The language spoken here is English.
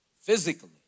physically